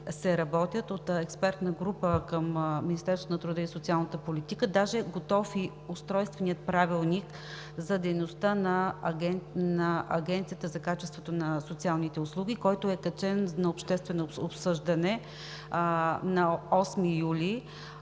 от експертна група към Министерството на труда и социалната политика. Готов е даже и Устройственият правилник за дейността на Агенцията за качеството на социалните услуги, който е качен за обществено обсъждане на 8 юли.